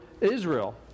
Israel